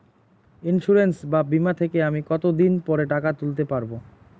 Insurance বা বিমা থেকে আমি কত দিন পরে টাকা তুলতে পারব?